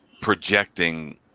projecting